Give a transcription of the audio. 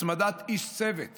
הצמדת איש צוות